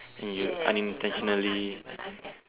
and you unintentionally